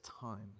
time